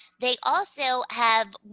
they also have,